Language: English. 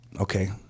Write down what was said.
okay